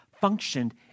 functioned